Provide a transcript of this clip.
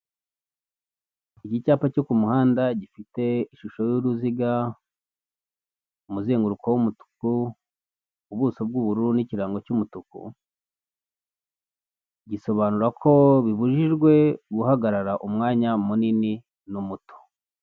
Ni icyapa cyo ku muhanda gifite ishusho y'uruziga, umuzenguruko w'umutuku, ubuso bw'ubururu n'ikirango cy'umutuku, gisobanura ko bibujijwe guhagarara umwanya munini n'umuto.